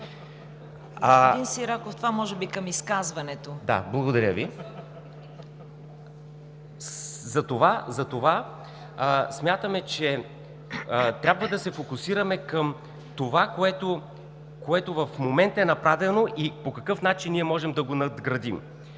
благодаря Ви. Затова смятам, че трябва да се фокусираме към това, което в момента е направено, по какъв начин ние можем да го надградим.